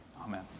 Amen